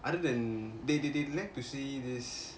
other than they they they like to see this